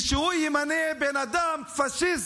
ושהוא ימנה בן אדם פשיסט,